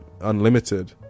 unlimited